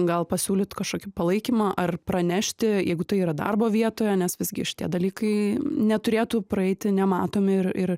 gal pasiūlyt kašokį palaikymą ar pranešti jeigu tai yra darbo vietoje nes visgi šitie dalykai neturėtų praeiti nematomi ir ir